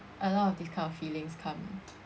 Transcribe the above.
a lot of this kind of feelings come